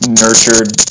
nurtured